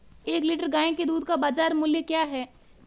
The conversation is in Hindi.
एक लीटर गाय के दूध का बाज़ार मूल्य क्या है?